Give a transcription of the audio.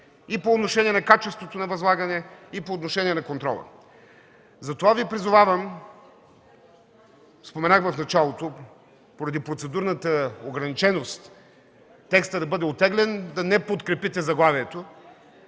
по отношение на качеството на възлагане и на контрола. Затова Ви призовавам – споменах в началото, поради процедурната ограниченост, текстът да бъде оттеглен – да не подкрепите заглавието.